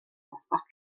dosbarth